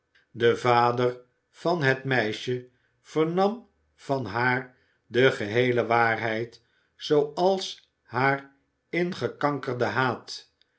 de vader van het meisje vernam van haar de geheele waarheid zooals haar ingekankerde haat